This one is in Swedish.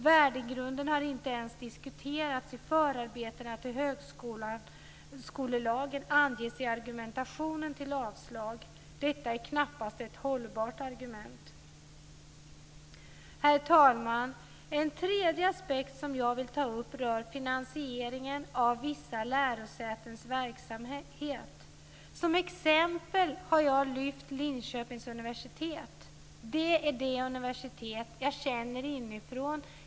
Värdegrunden har inte ens diskuterats i förarbetena till högskolelagen, anges i argumentationen för avslag. Det är knappast ett hållbart argument. Herr talman! En tredje aspekt som jag vill ta upp rör finansieringen av vissa lärosätens verksamhet. Som exempel har jag lyft fram Linköpings universitet. Det är det universitet jag känner inifrån.